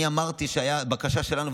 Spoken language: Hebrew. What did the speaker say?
אני אמרתי שהבקשה שלנו,